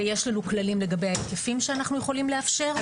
ויש לנו כללים לגבי ההיקפים שאנחנו יכולים לאפשר.